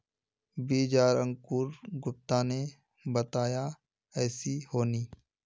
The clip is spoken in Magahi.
बीज आर अंकूर गुप्ता ने बताया ऐसी होनी?